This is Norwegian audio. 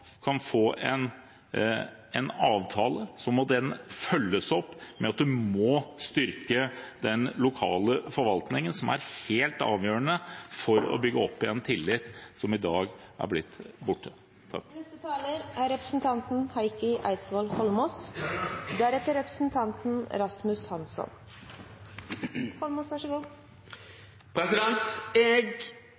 kan få en avtale. Så må den følges opp med at en må styrke den lokale forvaltningen som er helt avgjørende for å bygge opp igjen den tillit som i dag er blitt borte.